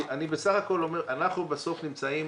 אני בסך הכול אומר, אנחנו בסוף נמצאים